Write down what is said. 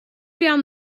down